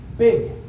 big